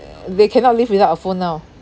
they cannot live without a phone now